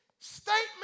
statement